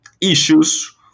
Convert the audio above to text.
issues